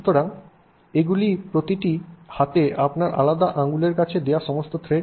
সুতরাং এগুলি প্রতিটি হাতে আপনার আলাদা আঙুলের কাছে যাওয়া সমস্ত থ্রেড